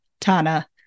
Tana